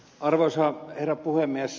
arvoisa herra puhemies